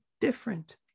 different